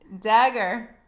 dagger